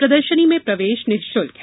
प्रदर्शनी में प्रवेश निशुल्क है